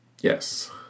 Yes